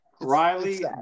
Riley